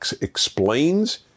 explains